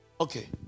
Okay